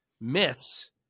myths